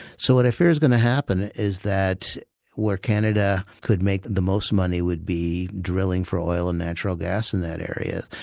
so what i fear is going to happen is that where canada could make the most money would be drilling for oil and natural gas in that area.